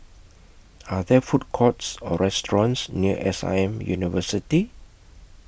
Are There Food Courts Or restaurants near S I M University